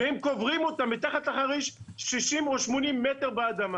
הם קוברים אותם 80-60 מטר באדמה.